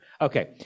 Okay